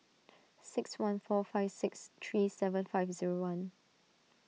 six one four five six three seven five zero one